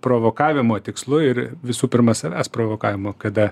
provokavimo tikslu ir visų pirma savęs provokavimo kada